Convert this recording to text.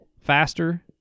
faster